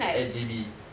at J_B